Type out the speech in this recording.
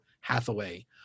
Hathaway